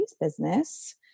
business